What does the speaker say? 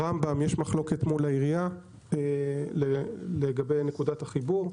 ברמב"ם יש מחלוקת מול העירייה לגבי נקודת החיבור.